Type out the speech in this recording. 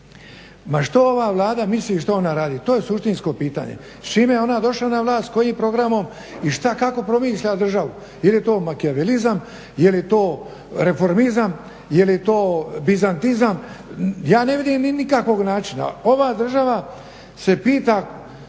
Ma što ova Vlada misli što ona radi, to je suštinsko pitanje. S čime je ona došla na vlast, kojim programom i kako promišlja državu, je li to makiavelizam, je li to reformizam, je li to bizantizam. Ja ne vidim nikakvog načina. Ova država se pita